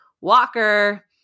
Walker